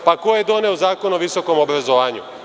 Pa ko je doneo Zakon o visokom obrazovanju?